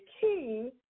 key